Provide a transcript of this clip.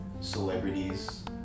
celebrities